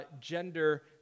gender